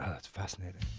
ah that's fascinating.